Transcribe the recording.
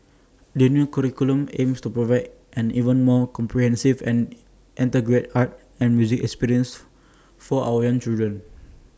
the new curriculum aims to provide an even more comprehensive and integrated art and music experience for our young children